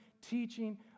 teaching